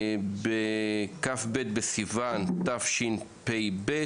בכ"ב בסיוון תשפ"ב,